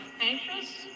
anxious